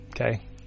Okay